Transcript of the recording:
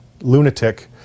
lunatic